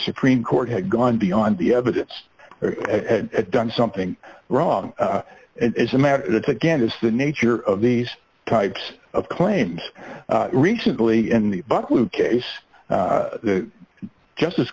supreme court had gone beyond the evidence or done something wrong it is a matter that again is the nature of these types of claims recently in the but with case justice